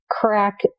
crack